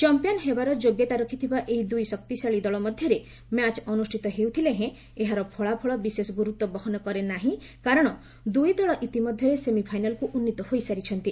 champion ହେବାର ଯୋଗ୍ୟତା ରଖିଥିବା ଏହି ଦୁଇ ଶକ୍ତିଶାଳୀ ଦଳ ମଧ୍ୟରେ ମ୍ୟାଚ୍ ଅନୁଷ୍ଠିତ ହେଉଥିଲେ ହେଁ ଏହାର ଫଳାଫଳ ବିଶେଷ ଗୁରୁତ୍ୱ ବହନ କରେ ନାହିଁ କାରଣ ଦୁଇଦଳ ଇତିମଧ୍ୟରେ ସେମିଫାଇନାଲକୁ ଉନ୍ନୀତ ହୋଇସାରିଛନ୍ତି